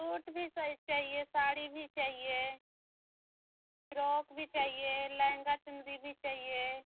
suit भी size चाहिए साड़ी भी चाहिए फ्रॉक भी चाहिए लहंगा चुनरी भी चाहिए